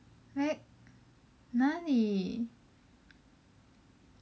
哪里